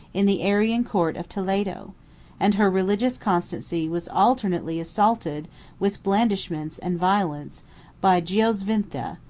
in the arian court of toledo and her religious constancy was alternately assaulted with blandishments and violence by goisvintha,